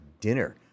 dinner